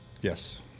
Yes